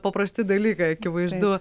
paprasti dalykai akivaizdu